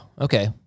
okay